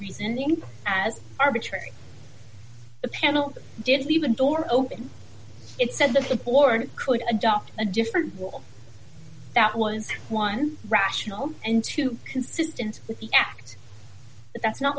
reasoning as arbitrary the penalty did leave a door open it said the florida could adopt a different rule that was one rational and two consistent with the act but that's not